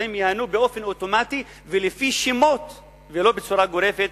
והן ייהנו באופן אוטומטי ולפי שמות ולא בצורה גורפת,